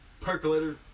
percolator